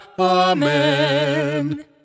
Amen